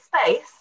space